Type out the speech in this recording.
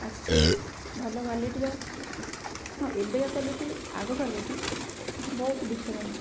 ଆସୁଛି ଭଲ କ୍ୱାଲିଟିର ଆଉ ଏବେକା କ୍ୱାଲିଟି ଆଗ କ୍ୱାଲିଟି ବହୁତ ଡିଫରେଣ୍ଟ୍